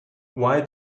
why